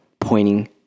pointing